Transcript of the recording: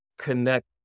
connect